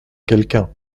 quelqu’un